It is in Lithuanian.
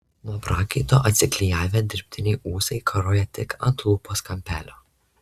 nuo prakaito atsiklijavę dirbtiniai ūsai karojo tik ant lūpos kampelio